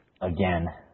Again